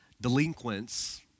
delinquents